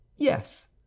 Yes